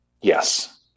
Yes